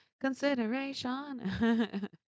consideration